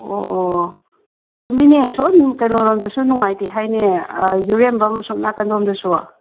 ꯑꯣ ꯆꯨꯝꯃꯤꯅꯦ ꯑꯁꯣꯝ ꯀꯩꯅꯣ ꯔꯣꯝꯗꯁꯨ ꯅꯨꯡꯉꯥꯏꯇꯦ ꯍꯥꯏꯅꯦ ꯌꯨꯔꯦꯝꯕꯝ ꯑꯁꯣꯝ ꯅꯥꯀꯟ ꯂꯣꯝꯗꯁꯨ